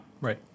Right